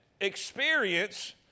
experience